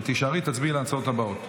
תישארי, תצביעי על ההצעות הבאות.